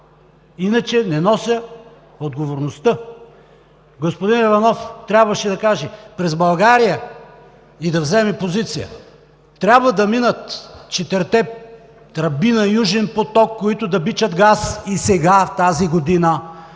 Иначе не нося отговорността! Господин Иванов трябваше да каже: през България – и да заеме позиция – трябва да минат четирите тръби на „Южен поток“, които да бичат газ и сега, в тази година,